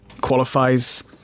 qualifies